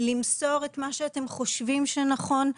למסור את מה שאתם חושבים שנכון.